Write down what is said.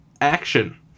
action